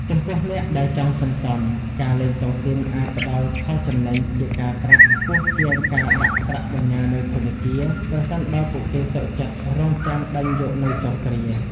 ចំពោះអ្នកដែលចង់សន្សំ ការលេងតុងទីនអាចផ្ដល់ផលចំណេញជាការប្រាក់ខ្ពស់ជាងការដាក់ប្រាក់បញ្ញើនៅធនាគារ ប្រសិនបើពួកគេសុខចិត្តរង់ចាំដេញយកនៅចុងគ្រា។